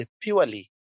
purely